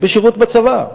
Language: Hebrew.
בשירות בצבא.